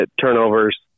turnovers